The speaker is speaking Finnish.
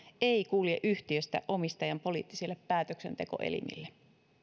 ei kulje yhtiöstä omistajan poliittisille päätöksentekoelimille